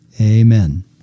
Amen